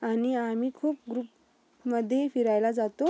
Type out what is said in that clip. आणि आम्ही खूप ग्रुपमध्ये फिरायला जातो